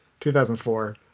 2004